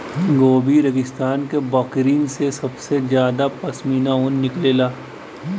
Gobi रेगिस्तान के बकरिन से सबसे जादा पश्मीना ऊन निकलला